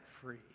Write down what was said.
free